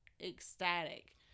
ecstatic